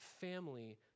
family